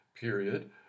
period